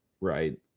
Right